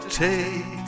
take